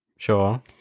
Sure